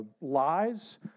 lies